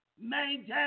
Maintain